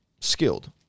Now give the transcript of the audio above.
Skilled